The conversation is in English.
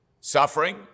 suffering